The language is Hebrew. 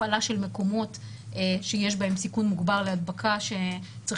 אם זאת הפעלת מקומות בהם יש סיכון מוגבר להדבקה שצריכים